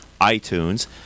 iTunes